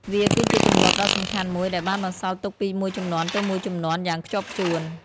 វាគឺជាទម្លាប់ដ៏សំខាន់មួយដែលបានបន្សល់ទុកពីមួយជំនាន់ទៅមួយជំនាន់យ៉ាងខ្ជាប់ខ្ជួន។